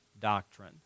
doctrine